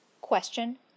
Question